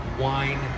wine